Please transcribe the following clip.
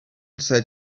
said